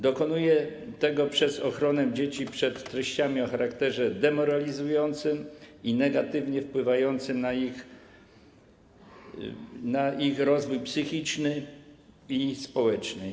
Dokonuje tego przez ochronę dzieci przed treściami o charakterze demoralizującym i negatywnie wpływającym na ich rozwój psychiczny i społeczny.